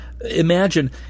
imagine